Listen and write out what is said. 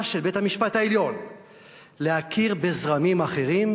של בית-המשפט העליון להכיר בזרמים אחרים,